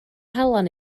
halen